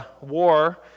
war